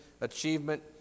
achievement